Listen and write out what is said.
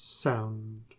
Sound